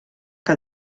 que